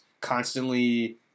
constantly